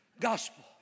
gospel